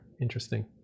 Interesting